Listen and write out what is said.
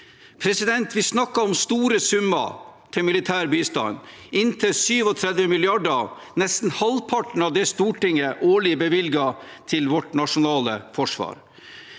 sikkerhet. Vi snakker om store summer til militær bistand – inntil 37 mrd. kr, nesten halvparten av det Stortinget årlig bevilger til vårt nasjonale forsvar.